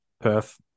Perth